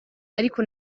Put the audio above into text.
ariko